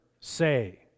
say